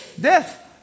Death